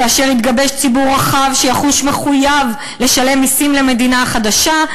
כאשר יתגבש ציבור רחב שיחוש מחויב לשלם מסים למדינה החדשה,